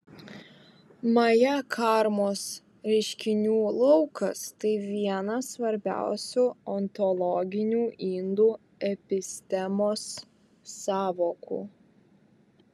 maja karmos reiškinių laukas tai viena svarbiausių ontologinių indų epistemos sąvokų